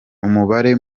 umubare